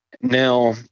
Now